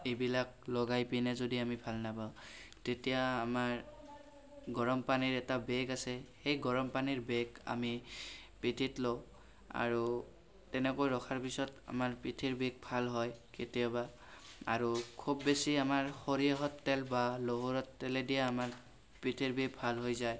এইবিলাক লগাই পিনে যদি আমি ভাল নাপাওঁ তেতিয়া আমাৰ গৰম পানীৰ এটা বেগ আছে সেই গৰম পানীৰ বেগ আমি পিঠিত লওঁ আৰু তেনেকৈ ৰখাৰ পিছত আমাৰ পিঠিৰ বিষ ভাল হয় কেতিয়াবা আৰু খুব বেছি আমাৰ সৰিয়হৰ তেল বা নহৰুৰ তেলেদিয়ে আমাৰ পিঠিৰ বিষ ভাল হৈ যায়